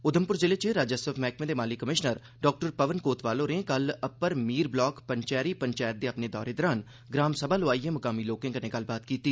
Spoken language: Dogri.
उघमपुर जिले च राजस्व मैहकमे दे माली कमिशनर डाक्टर पवन कोतवाल होरें कल अप्पर मीर ब्लाक पंचैरी पंचैत दे अपने दौरे दौरान ग्राम सभा लोआइयै मुकामी लोकें कन्नै गल्लबात कीती